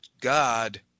God